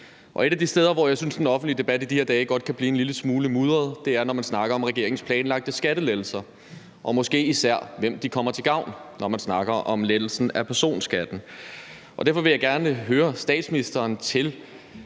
Et af de steder, hvor jeg synes den offentlige debat i de her dage godt kan blive en lille smule mudret, er, når man snakker om regeringens planlagte skattelettelser og måske især, hvem de kommer til gavn, når man snakker om lettelsen af personskatten. Derfor vil jeg gerne høre statsministeren,